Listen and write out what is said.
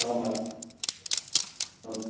ஆமாம் ஆம்